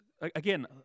Again